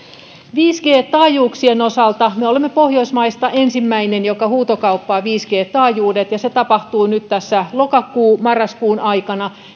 viisi g taajuuksien osalta me olemme pohjoismaista ensimmäinen joka huutokauppaa viisi g taajuudet ja se tapahtuu nyt tässä loka marraskuun aikana